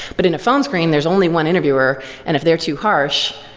but in a phone screen, there's only one interviewer and if they're too harsh,